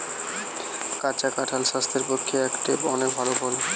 কাঁচা কাঁঠাল স্বাস্থ্যের পক্ষে একটো অনেক ভাল ফল